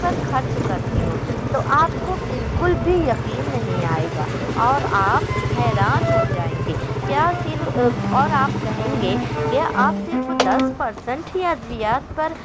پر خرچ کرتی ہوں تو آپ کو بالکل بھی یقین نہیں آئے گا اور آپ حیران ہو جائیں گے کیا صرف اور آپ کہیں گے کہ آپ صرف دس پرسنٹ ہی ادویات پر